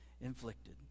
inflicted